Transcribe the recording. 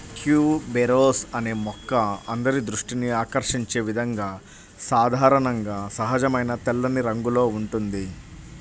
tuberose అనే మొక్క అందరి దృష్టిని ఆకర్షించే విధంగా సాధారణంగా సహజమైన తెల్లని రంగులో ఉంటుంది